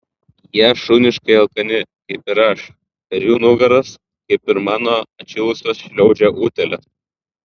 jie šuniškai alkani kaip ir aš per jų nugaras kaip ir mano atšilusios šliaužia utėlės